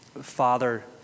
Father